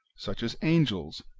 such as angels,